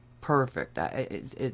perfect